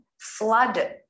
flood